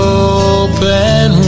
open